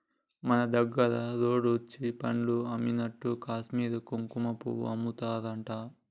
మన దగ్గర రోడ్లెమ్బడి పండ్లు అమ్మినట్లు కాశ్మీర్ల కుంకుమపువ్వు అమ్ముతారట